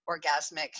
orgasmic